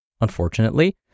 Unfortunately